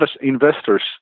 investors